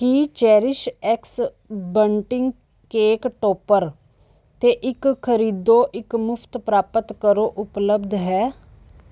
ਕੀ Cherish X bunting cake topper 'ਤੇ ਇੱਕ ਖਰੀਦੋ ਇੱਕ ਮੁਫਤ ਪ੍ਰਾਪਤ ਕਰੋ ਉਪਲੱਬਧ ਹੈ